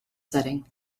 setting